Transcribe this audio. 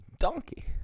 Donkey